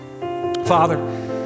Father